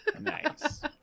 Nice